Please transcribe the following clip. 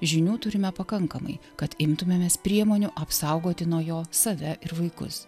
žinių turime pakankamai kad imtumėmės priemonių apsaugoti nuo jo save ir vaikus